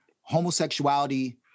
homosexuality